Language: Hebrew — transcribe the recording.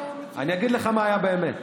אני אגיד לך מה היה באמת.